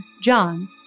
John